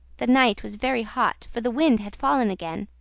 the night was very hot, for the wind had fallen again.